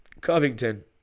Covington